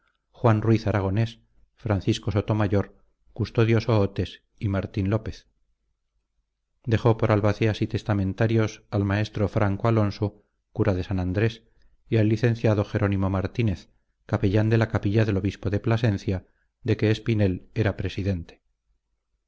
juan ruiz aragonés francisco sotomayor custodio sohotes y martín lópez dejó por albaceas y testamentarios al maestro franco alonso cura de san andrés y al licenciado jerónimo martínez capellán de la capilla del obispo de plasencia de que espinel era presidente